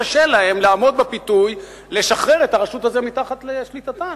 קשה להן לעמוד בפיתוי ולשחרר את הרשות הזאת משליטתן.